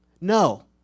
no